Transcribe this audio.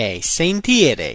Sentire